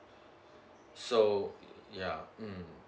so yeah mm